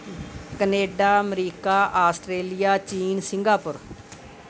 Canada America Australia China Singapore